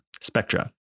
spectra